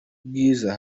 bwiza